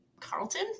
Carlton